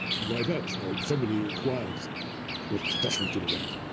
by that, our family acquired the attachment to the land.